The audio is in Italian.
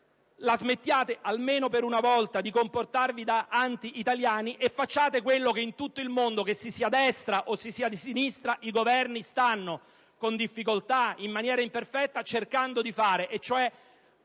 la smettiate, almeno per una volta, di comportarvi da anti italiani, e facciate quello che in tutto il mondo i Governi, che siano di destra o di sinistra, stanno con difficoltà ed in maniera imperfetta cercando di fare,